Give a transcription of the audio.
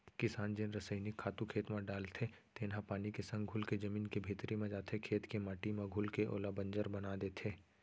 किसान जेन रसइनिक खातू खेत म डालथे तेन ह पानी के संग घुलके जमीन के भीतरी म जाथे, खेत के माटी म घुलके ओला बंजर बना देथे